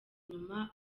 nyuma